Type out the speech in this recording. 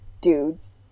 dudes